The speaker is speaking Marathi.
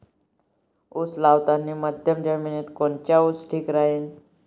उस लावतानी मध्यम जमिनीत कोनचा ऊस ठीक राहीन?